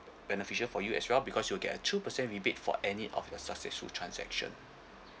beneficial for you as well because you will get a two percent rebate for any of your successful transaction